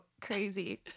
Crazy